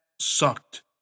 sucked